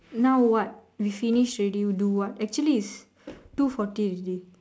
now what we finish already do what actually it's two forty already